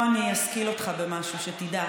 בוא אשכיל אותך במשהו, שתדע.